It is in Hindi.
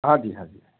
हाँ जी हाँ जी हाँ जी